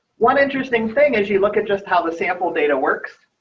one interesting thing as you look at just how the sample data works.